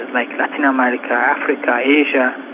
like latin um america, africa, asia.